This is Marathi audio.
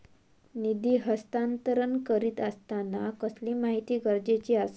निधी हस्तांतरण करीत आसताना कसली माहिती गरजेची आसा?